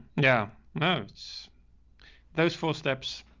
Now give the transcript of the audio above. yeah. those those four steps.